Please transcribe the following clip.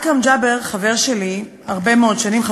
אכרם ג'אבר חבר שלי הרבה מאוד שנים,